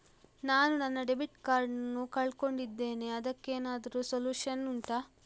ನಾನು ನನ್ನ debit card ನ್ನು ಕಳ್ಕೊಂಡಿದ್ದೇನೆ ಅದಕ್ಕೇನಾದ್ರೂ ಸೊಲ್ಯೂಷನ್ ಉಂಟಾ